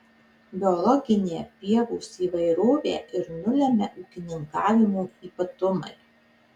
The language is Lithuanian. biologinę pievos įvairovę ir nulemia ūkininkavimo ypatumai